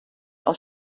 aus